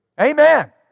Amen